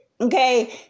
okay